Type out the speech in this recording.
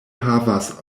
havas